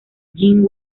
jing